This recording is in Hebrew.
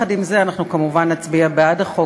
יחד עם זה אנחנו כמובן נצביע בעד החוק,